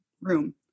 room